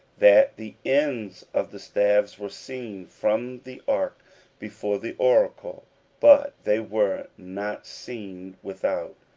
that the ends of the staves were seen from the ark before the oracle but they were not seen without.